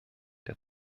der